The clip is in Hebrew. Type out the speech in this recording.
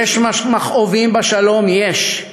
יש מכאובים בשלום, יש,